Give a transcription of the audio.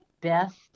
best